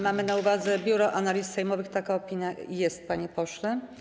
Mamy na uwadze opinię Biura Analiz Sejmowych i taka opinia jest, panie pośle.